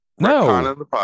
no